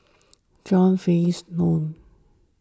John Fearns Nicoll